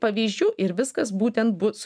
pavyzdžių ir viskas būtent bus